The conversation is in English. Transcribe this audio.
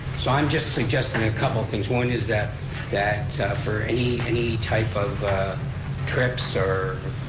so i'm just suggesting a couple things. one is that that for any any type of trips or